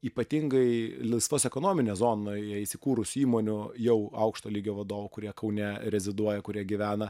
ypatingai laisvos ekonominėj zonoj įsikūrusių įmonių jau aukšto lygio vadovų kurie kaune reziduoja kurie gyvena